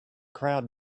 crowd